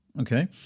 Okay